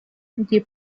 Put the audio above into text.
die